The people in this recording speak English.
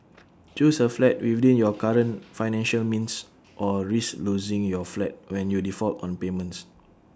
choose A flat within your current financial means or risk losing your flat when you default on payments